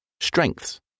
Strengths